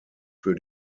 für